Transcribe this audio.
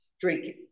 drinking